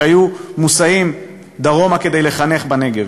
שהיו מוסעים דרומה כדי לחנך בנגב.